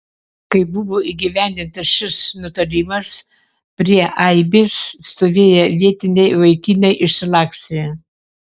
kai buvo įgyvendintas šis nutarimas prie aibės stovėję vietiniai vaikinai išsilakstė